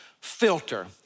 filter